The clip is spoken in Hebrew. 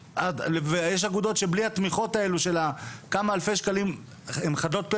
יש אגודות שבלי התמיכות האלה של כמה אלפי שקלים הן חדלות,